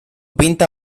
pinta